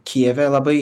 kijeve labai